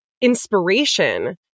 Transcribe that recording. inspiration